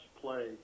play